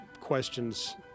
questions